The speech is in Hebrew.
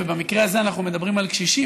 ובמקרה הזה אנחנו מדברים על קשישים,